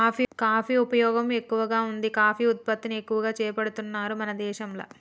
coffee ఉపయోగం ఎక్కువగా వుంది కాఫీ ఉత్పత్తిని ఎక్కువ చేపడుతున్నారు మన దేశంల